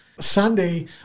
Sunday